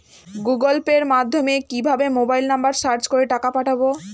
Google পের মাধ্যমে কিভাবে মোবাইল নাম্বার সার্চ করে টাকা পাঠাবো?